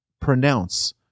pronounce